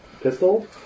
pistol